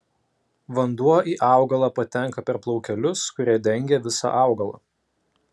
vanduo į augalą patenka per plaukelius kurie dengia visą augalą